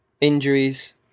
injuries